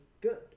good